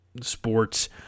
sports